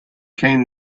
came